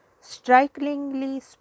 strikingly